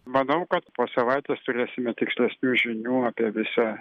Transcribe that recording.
manau kad po savaitės turėsime tikslesnių žinių apie visą